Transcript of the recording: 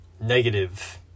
negative